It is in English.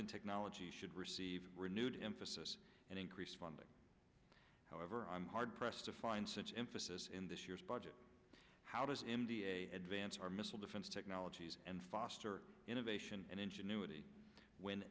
and technology should receive renewed emphasis and increased funding however i'm hard pressed to find such emphasis in this year's budget how does india advance our missile defense technologies and foster innovation and ingenuity w